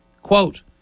Quote